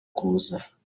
kuza